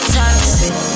toxic